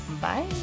bye